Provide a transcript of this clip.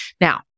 Now